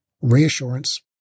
reassurance